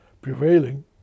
prevailing